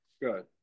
Good